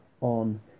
on